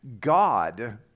God